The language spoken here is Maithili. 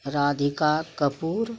राधिका कपूर